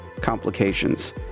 complications